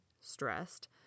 stressed